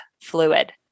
fluid